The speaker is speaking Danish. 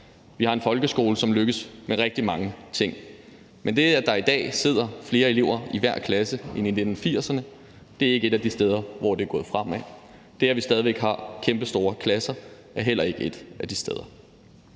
Vi har en folkeskole, som lykkes med rigtig mange ting. Men det, at der i dag sidder flere elever i hver klasse end i 1980'erne, er ikke et af de steder, hvor det er gået fremad. Det, at vi stadig væk har kæmpestore klasser, er heller ikke et af de steder.